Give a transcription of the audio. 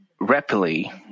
rapidly